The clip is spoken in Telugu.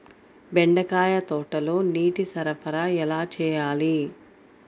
బెండకాయ తోటలో నీటి సరఫరా ఎలా చేయాలి?